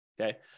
Okay